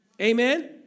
Amen